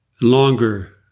longer